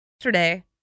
Yesterday